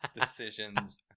decisions